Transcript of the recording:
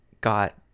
got